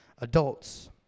adults